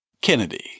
Kennedy